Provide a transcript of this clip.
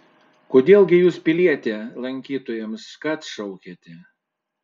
kodėl gi jūs piliete lankytojams škac šaukiate